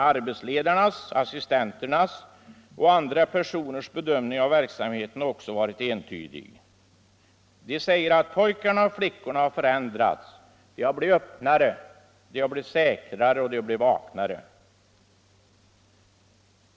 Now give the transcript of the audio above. Arbetsledarnas, assistenternas och andra personers bedömning av verksamheten har också varit entydig. De säger att pojkarna och flickorna har förändrats, de har blivit öppnare, säkrare och vaknare.